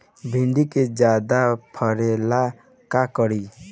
भिंडी के ज्यादा फरेला का करी?